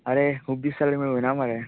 आरे खूब दीस जाले मेळुना मरे